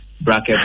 bracket